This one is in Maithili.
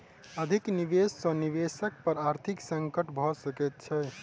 अधिक निवेश सॅ निवेशक पर आर्थिक संकट भ सकैत छै